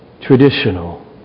traditional